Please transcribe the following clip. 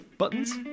buttons